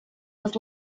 was